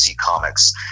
Comics